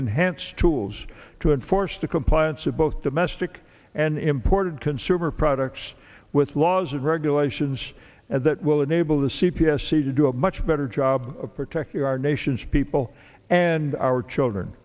enhanced tools to enforce the compliance of both domestic and imported consumer products with laws and regulations and that will enable the c p s see to do a much better job of protecting our nation's people and our children